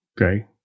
Okay